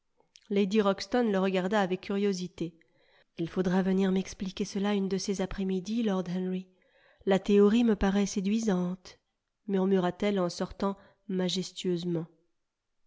lady ruxton le regarda avec curiosité il faudra venir m'expliquer cela une de ces après-midi lord henry la théorie me paraît séduisante murmura-t-elle en sortant majestueusement